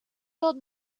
old